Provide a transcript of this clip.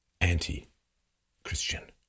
anti-Christian